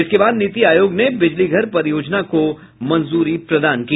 इसके बाद नीति आयोग ने बिजलीघर परियोजना को मंजूरी प्रदान की